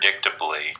predictably